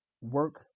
Work